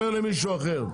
תספר למישהו אחר.